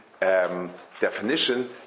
definition